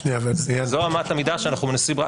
זו אמת המידה שאנחנו מנסים,